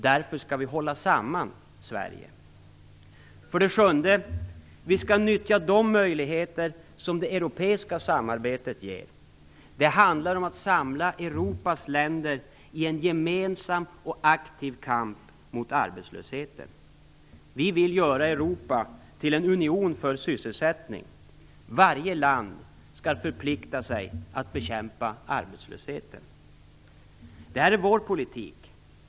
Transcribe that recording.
Därför skall vi hålla samman Sverige. För det sjunde: Vi skall nyttja de möjligheter som det europeiska samarbetet ger. Det handlar om att samla Europas länder i en gemensam och aktiv kamp mot arbetslösheten. Varje land skall förplikta sig att bekämpa arbetslösheten. Detta är vår politik.